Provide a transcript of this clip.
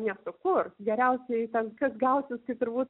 nesukurs geriausiai ten kas gausis tai turbūt